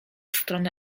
stronę